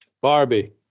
Barbie